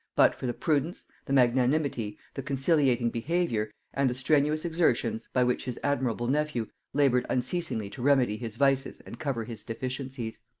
but for the prudence, the magnanimity, the conciliating behaviour, and the strenuous exertions, by which his admirable nephew labored unceasingly to remedy his vices and cover his deficiencies.